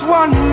one